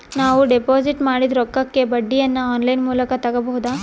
ನಾವು ಡಿಪಾಜಿಟ್ ಮಾಡಿದ ರೊಕ್ಕಕ್ಕೆ ಬಡ್ಡಿಯನ್ನ ಆನ್ ಲೈನ್ ಮೂಲಕ ತಗಬಹುದಾ?